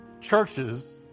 Churches